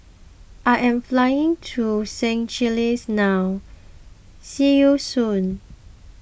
I am flying to Seychelles now See you soon